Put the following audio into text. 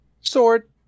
sword